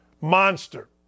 Monster